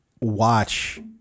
watch